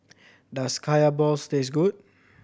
does Kaya balls taste good